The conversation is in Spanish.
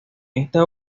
esta